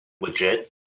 legit